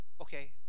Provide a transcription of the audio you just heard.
okay